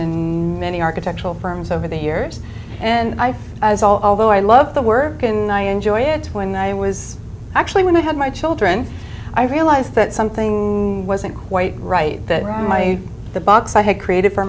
in many architectural firms over the years and i as all although i love the work and i enjoy it when i was actually when i had my children i realized that something wasn't quite right that on my the box i had created for